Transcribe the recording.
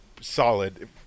solid